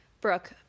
Brooke